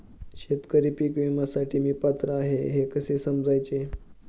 शेतकरी पीक विम्यासाठी मी पात्र आहे हे कसे समजायचे?